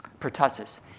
pertussis